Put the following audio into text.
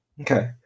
Okay